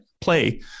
play